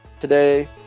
today